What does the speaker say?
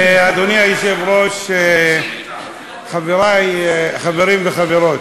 אדוני היושב-ראש, חברי, חברים וחברות,